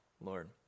Lord